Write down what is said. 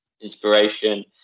inspiration